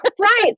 right